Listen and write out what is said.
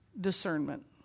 discernment